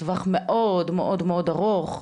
טווח מאוד מאוד מאוד ארוך,